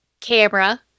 camera